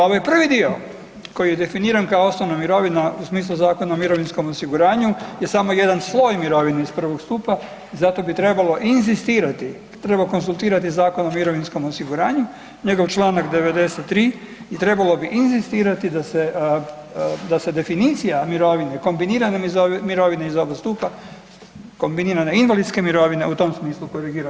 Ovo je prvi dio koji je definiran kao osnovna mirovina u smislu Zakona o mirovinskom osiguranju gdje samo jedan sloj mirovine iz I. stupa, zato bi trebalo inzistirati, treba konzultirati Zakon o mirovinskom osiguranju njegov članak 93. i trebalo bi inzistirati da se definicija mirovine kombinirane mirovine iz oba stupa kombinirane invalidske mirovine u tom smislu korigira.